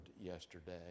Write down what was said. yesterday